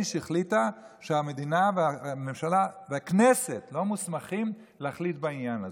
ובייניש החליטה שהמדינה והממשלה והכנסת לא מוסמכים להחליט בעניין הזה,